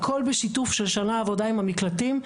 הכל בשיתוף של שנה עבודה עם המקלטים,